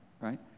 right